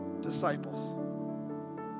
disciples